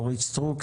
אורית סטרוק,